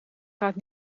gaat